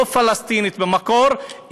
לא פלסטינית במקור,